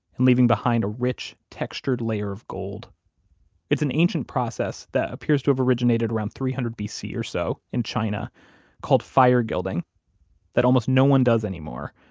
and leaving behind a rich, textured layer of gold it's an ancient process that appears to have originated around three hundred bc or so in china called fire guilding that almost no one does anymore.